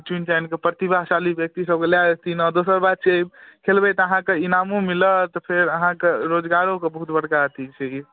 चुनि चानि कऽ प्रतिभाशाली व्यक्ति सबके लए जयथिन आ दोसर बात छै खेलबै तऽ अहाँकऽ इनामो मिलत फेर अहाँकऽ रोजगारो कऽ बहुत बड़का अथी छै ई